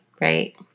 Right